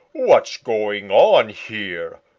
what's going on here?